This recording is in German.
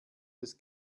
des